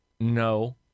No